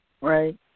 Right